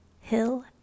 hill